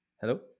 Hello